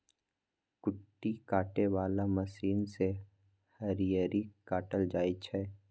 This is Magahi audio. कुट्टी काटे बला मशीन से हरियरी काटल जाइ छै